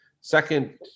second